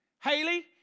Haley